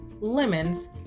Lemons